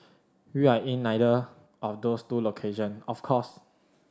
we are in neither of those two location of course